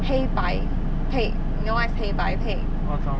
黑白配 you know what is 黑白配